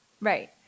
Right